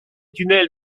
tunnel